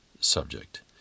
subject